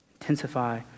Intensify